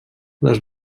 les